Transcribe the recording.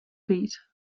fills